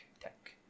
tech